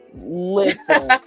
Listen